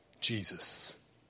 Jesus